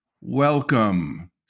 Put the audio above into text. welcome